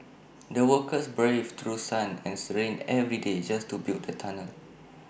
the workers braved through sun and Th rain every day just to build the tunnel